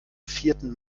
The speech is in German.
vierten